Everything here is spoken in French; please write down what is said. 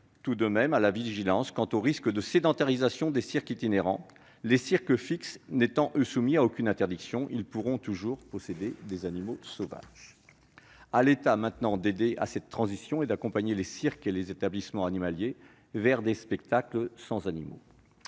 tout de même à la vigilance quant au risque de sédentarisation des cirques itinérants : les cirques fixes n'étant quant à eux soumis à aucune interdiction, ils pourront toujours posséder des animaux sauvages. À l'État maintenant de faciliter cette transition et d'accompagner les cirques et les établissements animaliers vers des spectacles sans animaux.